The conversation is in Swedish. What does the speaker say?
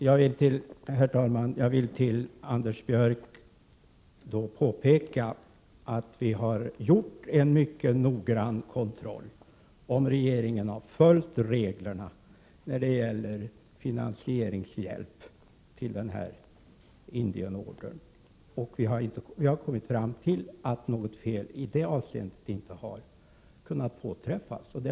Herr talman! Jag vill påpeka för Anders Björck att vi har gjort en mycket noggrann kontroll av om regeringen har följt reglerna när det gäller finansieringshjälp till den här Indienordern. Vi har kommit fram till att det inte har kunnat upptäckas att det begåtts något fel.